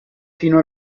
fino